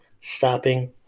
stopping